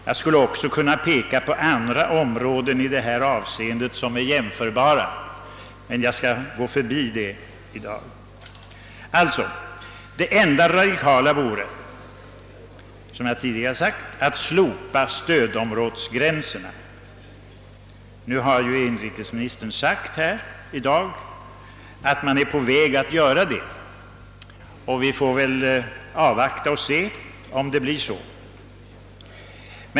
Jag skulle kunna peka på andra områden som i detta avseende är jämförbara, men jag skall förbigå den saken i dag. Det enda radikala vore alltså, som jag tidigare framhållit, att slopa stödområdesgränserna. Inrikesministern har i dag sagt att man är på väg att göra det, och vi får väl avvakta och se om det blir så.